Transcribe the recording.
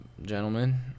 gentlemen